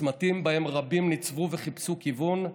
בצמתים שבהם רבים ניצבו וחיפשו כיוון,